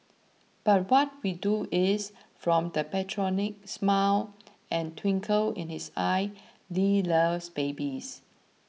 but what we know is from that patriarchal smile and twinkle in his eyes Lee loves babies